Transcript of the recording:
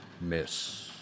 Miss